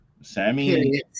Sammy